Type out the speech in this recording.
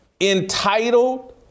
entitled